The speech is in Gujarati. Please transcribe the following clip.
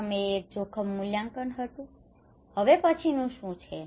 પ્રથમ એ એક જોખમ મૂલ્યાંકન હતું હવે પછીનું શું છે